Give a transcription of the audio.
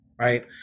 right